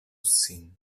sin